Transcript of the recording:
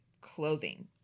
clothing